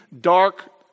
dark